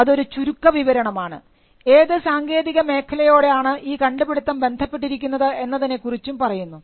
അതൊരു ചുരുക്ക വിവരണമാണ് ഏത് സാങ്കേതിക മേഖലയോടാണ് ഈ കണ്ടുപിടിത്തം ബന്ധപ്പെട്ടിരിക്കുന്നത് എന്നതിനെക്കുറിച്ചും പറയുന്നു